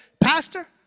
Pastor